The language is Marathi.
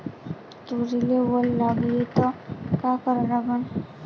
तुरीले वल लागली त का करा लागन?